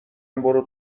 برو